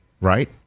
right